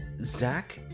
Zach